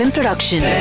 Production